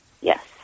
Yes